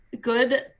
good